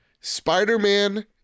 Spider-Man